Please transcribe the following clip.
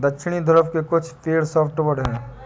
दक्षिणी ध्रुव के कुछ पेड़ सॉफ्टवुड हैं